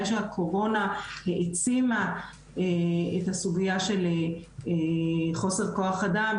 שהקורונה העצימה את הסוגיה של חוסר כוח אדם,